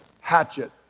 hatchet